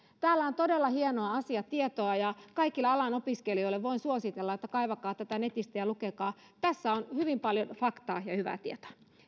täällä on todella hienoa asiatietoa ja kaikille alan opiskelijoille voin suositella että kaivakaa tämä netistä ja lukekaa tässä on hyvin paljon faktaa ja hyvää tietoa